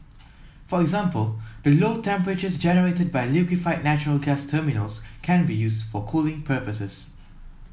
for example the low temperatures generated by liquefied natural gas terminals can be used for cooling purposes